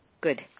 Good